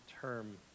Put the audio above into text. term